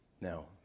Now